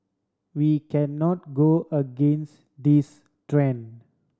we cannot go against this trend